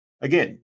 again